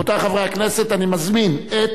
רבותי חברי הכנסת, אני מזמין את